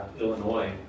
Illinois